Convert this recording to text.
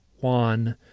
Juan